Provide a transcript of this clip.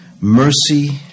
Mercy